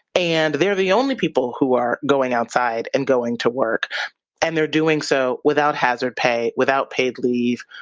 and they're the only people who are going outside and going to work and they're doing so without hazard pay, without paid leave,